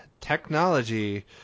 technology